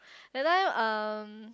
that time um